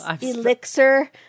Elixir